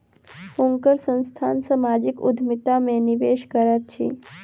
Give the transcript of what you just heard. हुनकर संस्थान सामाजिक उद्यमिता में निवेश करैत अछि